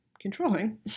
controlling